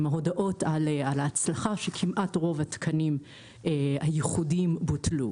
הודעות על ההצלחה שכמעט רוב התקנים הייחודיים בוטלו.